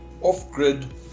off-grid